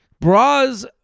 bras